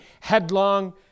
headlong